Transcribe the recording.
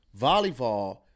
volleyball